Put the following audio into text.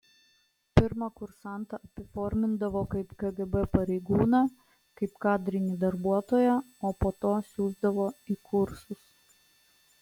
pirma kursantą apiformindavo kaip kgb pareigūną kaip kadrinį darbuotoją o po to siųsdavo į kursus